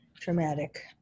traumatic